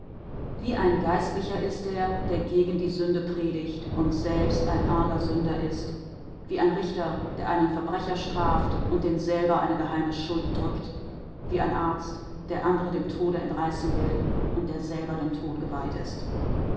wie ein geistlicher ist er der gegen die sünde predigt und selbst ein arger sünder ist wie ein richter der einen verbrecher straft und den selber eine geheime schuld drückt wie ein arzt der andere dem tode entreißen will und der selber dem tode geweiht ist